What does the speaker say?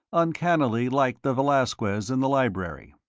uncannily like the velasquez in the library.